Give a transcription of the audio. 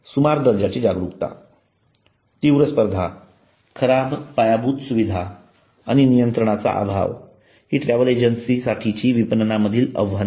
सुमार दर्जाची जागरूकता तीव्र स्पर्धा खराब पायाभूत सुविधा आणि नियंत्रणाचा अभाव हि ट्रॅव्हल एजंटसाठीची विपणना मधील आव्हाने आहेत